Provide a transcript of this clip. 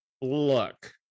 look